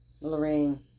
Lorraine